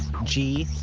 g,